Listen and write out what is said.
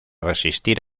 resistir